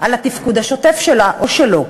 על התפקוד השוטף שלה, או שלו.